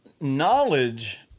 knowledge